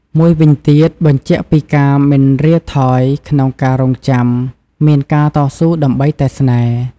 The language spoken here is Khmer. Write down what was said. មួយវិញទៀត បញ្ជាក់ពីការមិនរៀថយក្នុងការរងចាំ មានការតស៊ូដើម្បីតែស្នេហ៍។